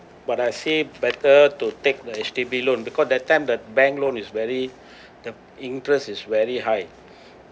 but I say better to take the H_D_B loan because that time that bank loan is very the interest is very high